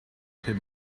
him